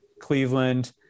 Cleveland